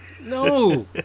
No